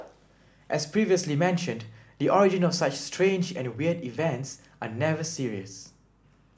as previously mentioned the origin of such strange and weird events are never serious